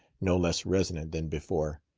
no less resonant than before.